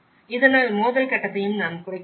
இதனால் மோதல் கட்டத்தை நாம் குறைக்க முடியும்